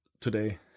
today